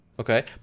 Okay